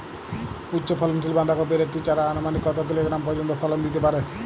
উচ্চ ফলনশীল বাঁধাকপির একটি চারা আনুমানিক কত কিলোগ্রাম পর্যন্ত ফলন দিতে পারে?